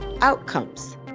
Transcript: outcomes